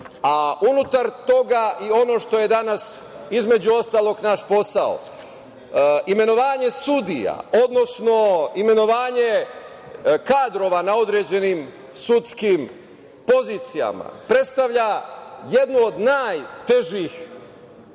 a unutar toga i ono što je danas, između ostalog naš posao, imenovanje sudija, odnosno imenovanje kadrova na određenim sudskim pozicija predstavlja jednu od najtežih